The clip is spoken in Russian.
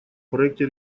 проекте